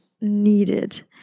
needed